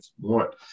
want